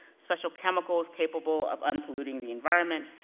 special chemicals capable of un-polluting the environment,